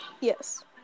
Yes